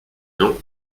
non